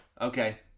okay